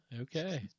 Okay